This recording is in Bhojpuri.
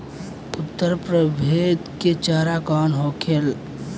उन्नत प्रभेद के चारा कौन होखे?